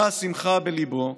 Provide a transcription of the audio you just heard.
באה שמחה בליבו,